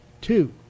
two